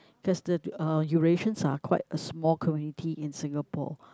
cause the uh Eurasians are quite a small community in Singapore